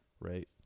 Right